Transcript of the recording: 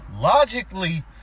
logically